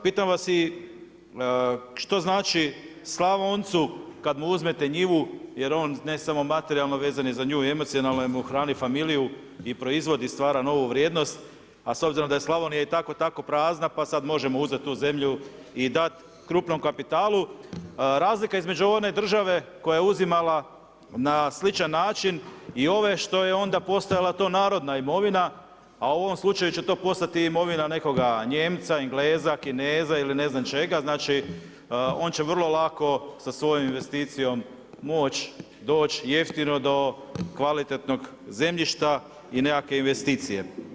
Pitam vas i što znači Slavoncu kada mu uzmete njivu jer on samo ne materijalno vezan je za nju i emocionalno jer mu hrani familiju i proizvodi, stvara novu vrijednost, a s obzirom da je Slavonija i tako, tako prazna pa sada možemo uzeti tu zemlju i dat krupnom kapitalu, razlika između one države koja je uzimala na sličan način i ove što je onda postajala to narodna imovina, a u ovom slučaju će to postati imovina nekoga Nijemca, Engleza, Kineza ili ne znam čega, znači on će vrlo lako sa svojom investicijom moć doć jeftino do kvalitetnog zemljišta i nekakve investicije.